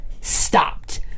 stopped